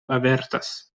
avertas